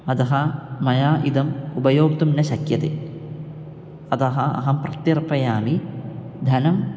अतः मया इदम् उपयोक्तुं न शक्यते अतः अहं प्रत्यर्पयामि धनम्